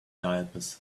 diapers